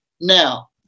now